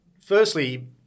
firstly